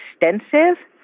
extensive